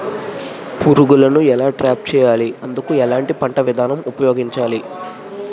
పురుగులను ఎలా ట్రాప్ చేయాలి? అందుకు ఎలాంటి పంట విధానం ఉపయోగించాలీ?